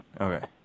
Okay